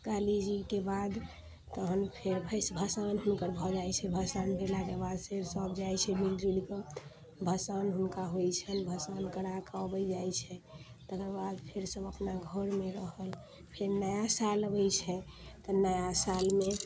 काली जीके बाद तहन फेर भसान हुनकर भऽ जाइ छै भसान भेलाके बाद फेर सब जाइ छै मिलजुलिके भसान हुनका होइ छनि भसान कराके अबै जाइ छै तकर बाद फेर सब अपना घरमे रहल फेन नया साल अबै छै तऽ नया साल मे